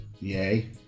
Yay